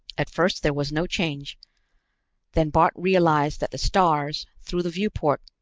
at first there was no change then bart realized that the stars, through the viewport,